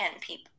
people